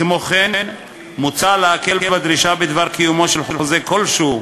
כמו כן מוצע להקל בדרישה בדבר קיומו של חוזה כלשהו